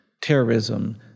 terrorism